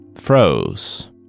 Froze